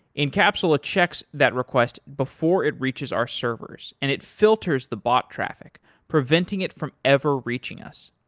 incapsula checks that request before it reaches our servers and it filters the bot traffic preventing it from ever reaching us.